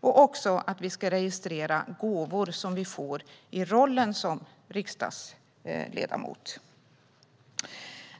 Det handlar också om att vi ska registrera gåvor som vi får i rollen som riksdagsledamöter.